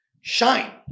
shine